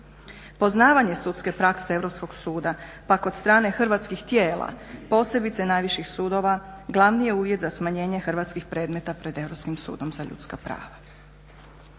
Poznavanje sudske prakse Europskog suda pa kod strane hrvatskih tijela posebice najviših sudova, glavni je uvjet za smanjenje hrvatskih predmeta pred Europskim sudom za ljudska prava.